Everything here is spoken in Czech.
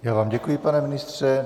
Já vám děkuji, pane ministře.